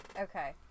okay